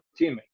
teammate